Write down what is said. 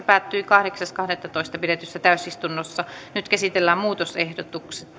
päättyi kahdeksas kahdettatoista kaksituhattakuusitoista pidetyssä täysistunnossa nyt käsitellään muutosehdotukset